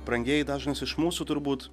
brangieji dažnas iš mūsų turbūt